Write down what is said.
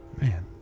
Man